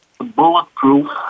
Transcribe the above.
Bulletproof